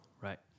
Right